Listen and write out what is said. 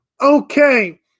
Okay